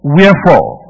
Wherefore